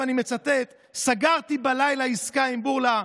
ואני מצטט: סגרתי בלילה עסקה עם בורלא.